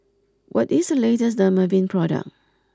what is the latest Dermaveen product